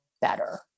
better